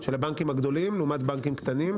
של הבנקים הגדולים לעומת בנקים קטנים,